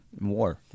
war